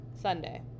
Sunday